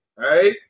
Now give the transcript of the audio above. right